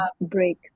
break